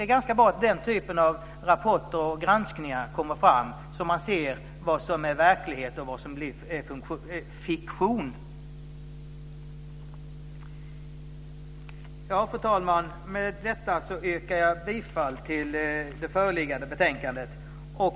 Det är bra att den typen av rapporter och granskningar kommer fram så att man ser vad som är verklighet och vad som är fiktion. Fru talman! Med detta yrkar jag bifall till förslaget i det föreliggande betänkandet.